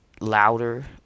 louder